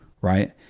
right